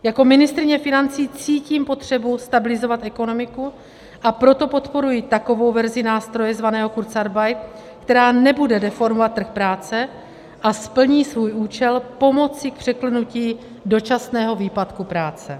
Jako ministryně financí cítím potřebu stabilizovat ekonomiku, a proto podporuji takovou verzi nástroje zvaného kurzarbeit, která nebude deformovat trh práce a splní svůj účel pomocí překlenutí dočasného výpadku práce.